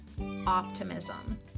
optimism